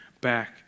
back